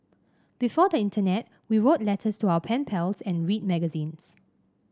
before the internet we wrote letters to our pen pals and read magazines